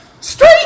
straight